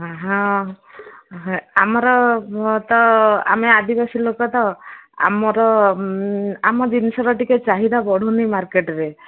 ହଁ ଆମର ତ ଆମେ ଆଦିବାସୀ ଲୋକ ତ ଆମର ଆମ ଜିନିଷର ଟିକେ ଚାହିଦା ବଢ଼ୁନି ମାର୍କେଟରେ